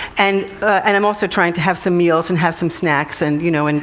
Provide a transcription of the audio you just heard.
and and i'm also trying to have some meals, and have some snacks, and, you know, and